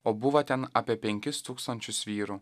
o buvo ten apie penkis tūkstančius vyrų